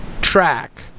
track